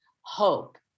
hope